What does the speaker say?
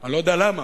אני לא יודע למה.